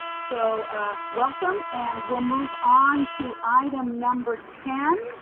so welcome, and we'll move on to item number ten,